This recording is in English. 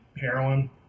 heroin